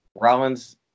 Rollins